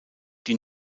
die